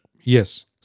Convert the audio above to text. Yes